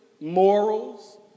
morals